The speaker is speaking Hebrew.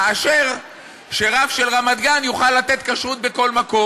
תאשר שרב של רמת-גן יוכל לתת כשרות בכל מקום.